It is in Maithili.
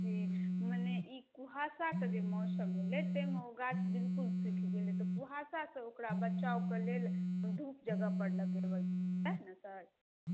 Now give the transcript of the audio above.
जी मने ई कुहासाके जे मौसम एलै ताहिमे ओ गाछ बिलकुल सुखि गेलै तऽ कुहासासँ ओकरा बचाव कऽ लेल धूप जगह पर लगेबै सहए ने सर